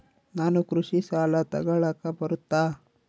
ನಾನು ಕೃಷಿ ಸಾಲ ತಗಳಕ ಬರುತ್ತಾ?